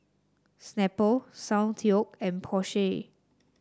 Snapple Soundteoh and Porsche